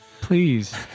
Please